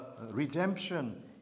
redemption